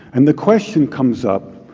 and the question comes up,